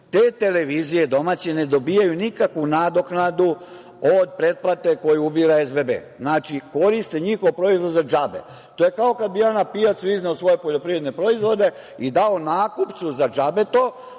Te televizije domaće ne dobijaju nikakvu nadoknadu od pretplate koju ubira SBB, znači, koriste njihov proizvod za džabe. To je kao kad bih ja na pijacu izneo svoje poljoprivredne proizvode i dao nakupcu za džabe to,